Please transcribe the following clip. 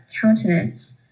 countenance